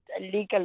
legal